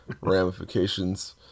ramifications